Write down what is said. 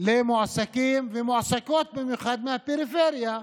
למועסקים ולמועסקות, במיוחד מהפריפריה,